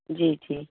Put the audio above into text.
जी जी